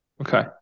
Okay